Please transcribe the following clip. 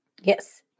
Yes